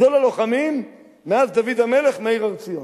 גדול הלוחמים מאז דוד המלך, מאיר הר-ציון.